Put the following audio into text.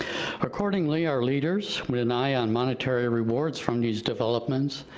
accordingly, our leaders, with an eye on monetary rewards from these developments,